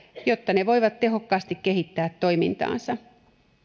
jotta ne voivat tehokkaasti kehittää toimintaansa